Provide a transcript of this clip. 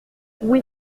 oui